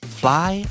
fly